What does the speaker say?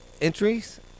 entries